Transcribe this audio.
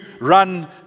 run